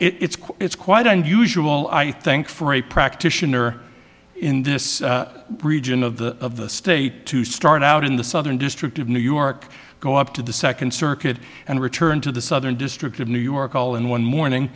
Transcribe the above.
that it's it's quite unusual i think for a practitioner in this region of the of the state to start out in the southern district of new york go up to the second circuit and return to the southern district of new york all in one morning